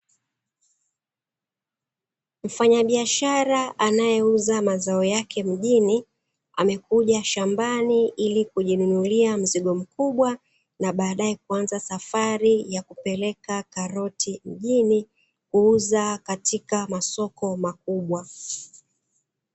Mfanyabiashara anayeuza mazao yake mjini, amekuja shambani ili kujinunulia mzigo mkubwa na baadaye kuanza safari ya kupeleka karoti mjini, kuuza katika masoko makubwa.